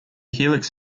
helix